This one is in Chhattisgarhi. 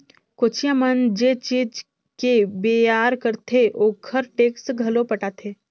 कोचिया मन जे चीज के बेयार करथे ओखर टेक्स घलो पटाथे